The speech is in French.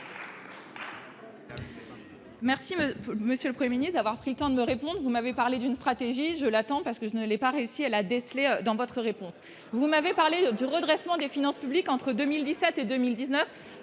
Merci monsieur le 1er ministre d'avoir pris le temps de me répondent : vous m'avez parlé d'une stratégie, je l'attends parce que je ne l'ai pas réussi à la déceler dans votre réponse, vous m'avez parlé du redressement des finances publiques entre 2017 et 2019,